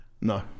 No